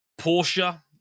Porsche